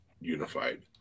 unified